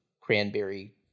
cranberry